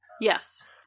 Yes